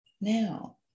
now